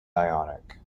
ionic